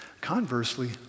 conversely